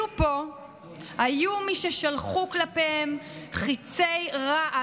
אפילו פה היו מי ששלחו כלפיהם חיצי רעל